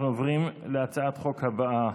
אנחנו עוברים להצעת החוק הבאה,